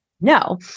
No